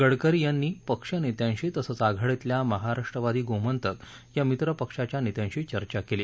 गडकरी यांनी पक्षनेत्यांशी तसंच आघाडीतल्या महाराष्ट्रवादी गोमांतक या मित्रपक्षाच्या नेत्यांशी चर्चा केली